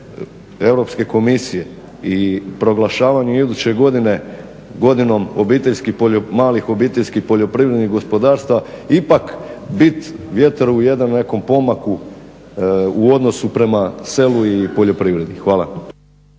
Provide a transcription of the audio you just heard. Europske komisije i proglašavanje iduće godine godinom malih OPG-a ipak biti vjetar u jedan u nekom pomaku u odnosu prema selu i poljoprivredi. Hvala.